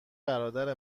برادر